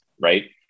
right